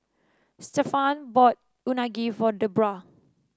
Stephaine bought Unagi for Debroah